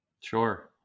Sure